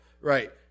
Right